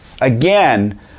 again